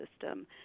system